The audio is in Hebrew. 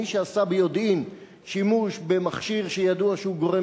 מי שעשה ביודעין שימוש במכשיר שידוע שהוא גורם